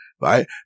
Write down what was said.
right